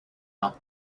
mile